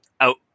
out